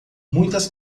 muitas